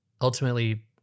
ultimately